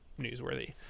newsworthy